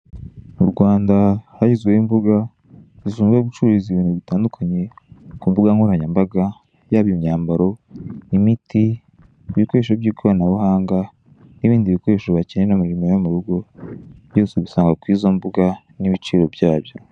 Mu Rwanda hashyizweho imbuga zishinzwe gucururiza ibintu bitandukanye ku mbugankoranyambaga yaba imy, ambaro, imiti, ibikoresho by'ikoranabuhanga n'ibindi bikoresho wakenera mu mirimo yo mu rugo byose ubusanga kuri izo mbuga n'ibiciro byabyo.